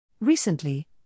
Recently